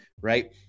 right